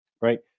Right